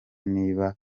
niba